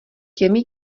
těmi